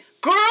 Girl